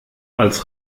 als